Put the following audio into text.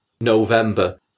November